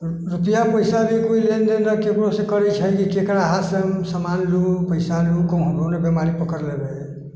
रुपआ पैसा जे केओ लेनदेन ककरोसँ नहि करैत छै कि केकरा हाथसँ सामान लिअऽ पैसा लिअऽ कहुँ हमरो नहि बिमारी पकड़ लेतै